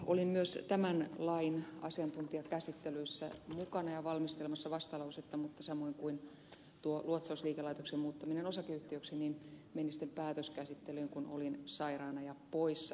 olin myös tämän lain asiantuntijakäsittelyssä mukana ja valmistelemassa vastalausetta mutta tämä samoin kuin tuo luotsausliikelaitoksen muuttaminen osakeyhtiöksi meni sitten päätöskäsittelyyn kun olin sairaana ja poissa